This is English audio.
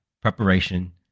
Preparation